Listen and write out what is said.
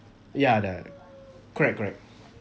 ya that correct correct